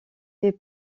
fait